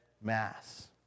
mass